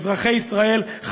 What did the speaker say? אזרחי ישראל,